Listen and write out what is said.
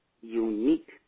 unique